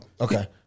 Okay